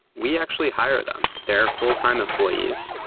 we actually hire them. they are full-time employees,